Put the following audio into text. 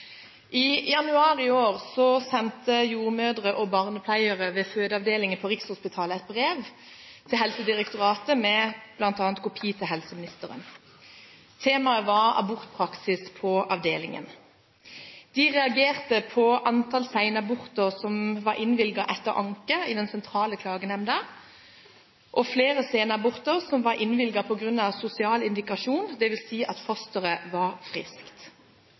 i Stortinget. I januar i år sendte jordmødre og barnepleiere ved fødeavdelingen på Rikshospitalet et brev til Helsedirektoratet med kopi til bl.a. helseministeren. Temaet var abortpraksis på avdelingen. De reagerte på antall senaborter som var innvilget etter anke i den sentrale klagenemnda, og flere senaborter som var innvilget på grunn av «sosial indikasjon». Fosteret var altså friskt.